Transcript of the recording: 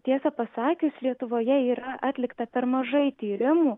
tiesa pasakius lietuvoje yra atlikta per mažai tyrimų